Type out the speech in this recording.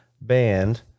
band